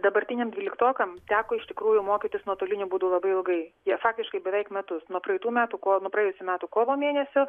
dabartiniam dvyliktokam teko iš tikrųjų mokytis nuotoliniu būdu labai ilgai jie faktiškai beveik metus nuo praeitų metų kovą nuo praėjusių metų kovo mėnesio